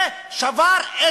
זה שבר,